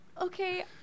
okay